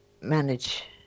manage